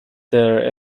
there